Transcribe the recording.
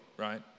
right